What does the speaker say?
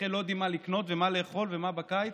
הם לא יודעים מה לקנות ומה לאכול ומה בקיץ.